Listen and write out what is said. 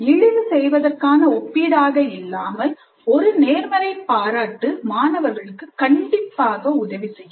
இழிவு செய்வதற்கான ஒப்பீடாக இல்லாமல் ஒரு நேர்மறை பாராட்டு மாணவர்களுக்கு கண்டிப்பாக உதவி செய்யும்